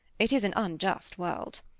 it is an unjust world!